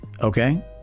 okay